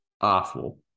awful